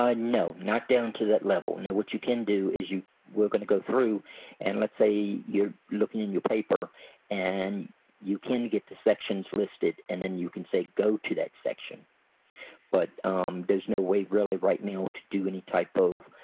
ah not down to that level. and now what you can do is you we're gonna go through and let's say you're looking in your paper and you can get the sections listed and then you can say go to that section but there's no way really right now to do any type of